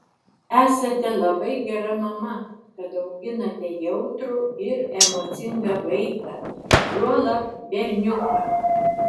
esate labai gera mama kad auginate jautrų ir emocingą vaiką juolab berniuką